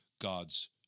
God's